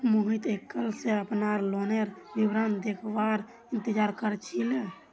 मोहित कइल स अपनार लोनेर विवरण देखवार इंतजार कर छिले